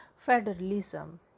federalism